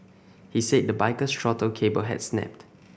he said the biker's throttle cable had snapped